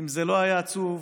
זה לא היה עצוב,